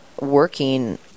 working